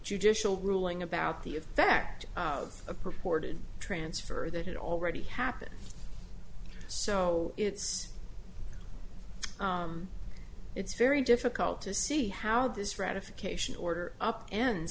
judicial ruling about the effect of a purported transfer that had already happened so it's it's very difficult to see how this ratification order up end